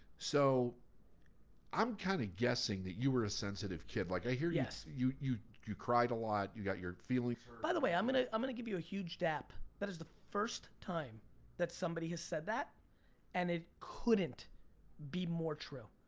so i'm kind of guessing that you were ah sensitive kid. like i hear you you cried a lot, you got your feelings hurt? by the way, i'm gonna i'm gonna give you a huge dap, that is the first time that somebody has said that and it couldn't be more true.